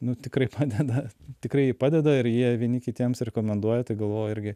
nu tikrai padeda tikrai ji padeda ir jie vieni kitiems rekomenduoja tai galvoju irgi